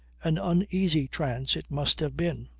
an uneasy trance it must have been!